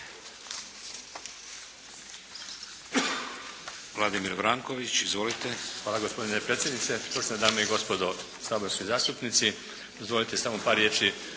Hvala